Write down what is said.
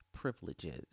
privileges